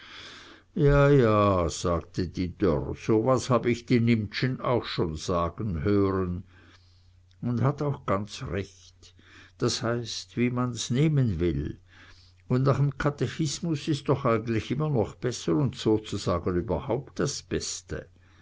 ja ja sagte die dörr so was hab ich die nimptschen auch schon sagen hören und hat auch ganz recht das heißt wie man's nehmen will und nach m katechismus is doch eigentlich immer noch besser und sozusagen überhaupt das beste